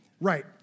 Right